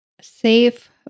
Safe